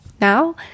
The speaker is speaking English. now